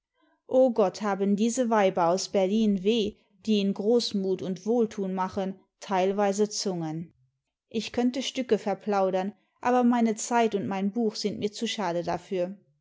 o gott haben diese weiber aus berlin w die in großmut und wohltun machen teilweise zungenlll ich könnte stücke verplaudern aber meine zeit und mein buch sind mir zu schade dafür